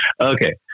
Okay